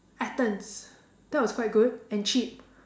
Athens that was quite good and cheap